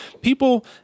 people